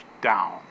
down